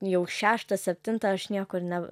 jau šeštą septintą aš niekur ne